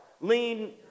Lean